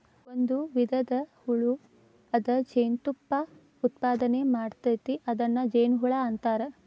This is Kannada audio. ಒಂದು ವಿಧದ ಹುಳು ಅದ ಜೇನತುಪ್ಪಾ ಉತ್ಪಾದನೆ ಮಾಡ್ತತಿ ಅದನ್ನ ಜೇನುಹುಳಾ ಅಂತಾರ